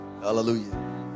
Hallelujah